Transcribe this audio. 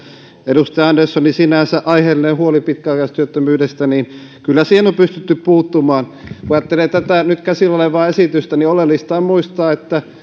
edustaja anderssonin sinänsä aiheelliseen huoleen pitkäaikaistyöttömyydestä kyllä on pystytty puuttumaan kun ajattelee tätä nyt käsillä olevaa esitystä niin oleellista on muistaa että